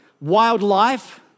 wildlife